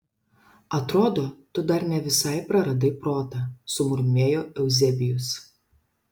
atrodo tu dar ne visai praradai protą sumurmėjo euzebijus